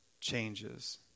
changes